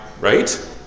right